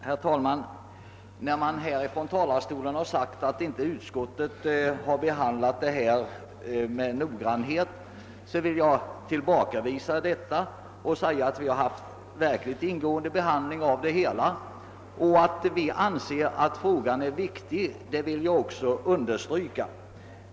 Herr talman! Jag vill tillbakavisa de uttalanden som här har gjorts, att utskottet inte skulle ha behandlat detta ärende med noggrannhet. Vi har verkligen ägnat ärendet en ingående behandling. Att vi anser frågan vara viktig vill jag också understryka.